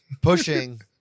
pushing